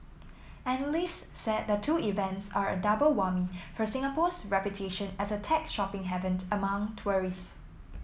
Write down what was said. analysts said the two events are a double whammy for Singapore's reputation as a tech shopping haven among tourists